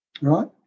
right